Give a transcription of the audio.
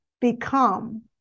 become